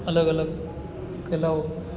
અલગ અલગ કલાઓ